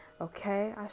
Okay